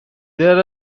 there